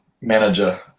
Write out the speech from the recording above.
manager